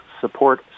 support